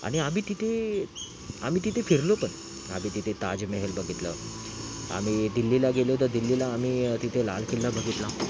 आणि आम्ही तिथे आम्ही तिथे फिरलो पण आम्ही तिथे ताजमहेल बघितलं आम्ही दिल्लीला गेलो तर दिल्लीला आम्ही तिथे लाल किल्ला बघितला